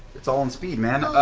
it's all in speed, man.